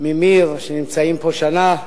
ממי"ר שנמצאים פה שנה.